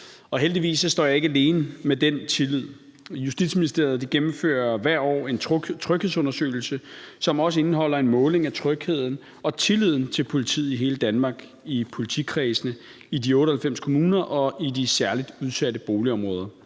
Heldigvis står jeg ikke alene med den tillid. Justitsministeriet gennemfører hvert år en tryghedsundersøgelse, som også indeholder en måling af trygheden og tilliden til politiet i hele Danmark, i politikredsene i de 98 kommuner og i de særligt udsatte boligområder.